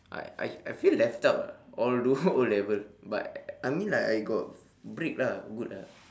I I I feel left out ah all do O-level but I mean like I got break lah good ah